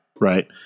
Right